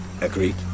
Agreed